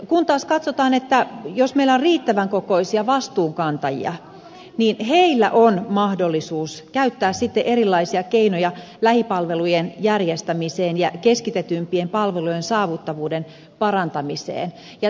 kun taas katsotaan että jos meillä on riittävän kokoisia vastuunkantajia niin niillä on mahdollisuus käyttää sitten erilaisia keinoja lähipalvelujen järjestämiseen ja keskitetympien palvelujen saavuttavuuden parantamiseen